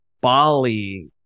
bali